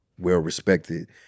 well-respected